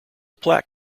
plaque